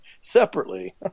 separately